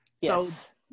yes